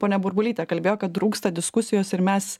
ponia burbulytė kalbėjo kad trūksta diskusijos ir mes